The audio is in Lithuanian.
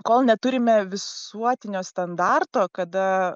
kol neturime visuotinio standarto kada